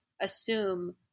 assume